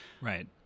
Right